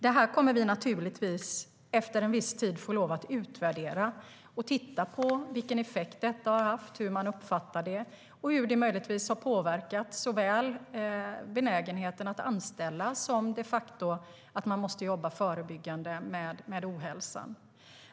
Det här kommer vi naturligtvis att få utvärdera efter en viss tid för att titta på vilken effekt det har haft, hur man uppfattar det och hur det har påverkat såväl benägenheten att anställa som insikten att man måste jobba förebyggande med ohälsan.